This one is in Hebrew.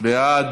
מי בעד?